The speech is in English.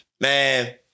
Man